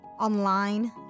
online